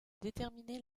déterminer